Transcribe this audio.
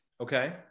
Okay